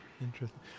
Interesting